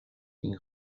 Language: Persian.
این